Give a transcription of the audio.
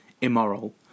immoral